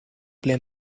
blij